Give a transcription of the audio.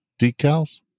decals